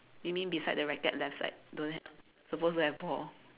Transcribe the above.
you mean beside the racket left side don't have supposed to have ball